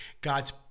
God's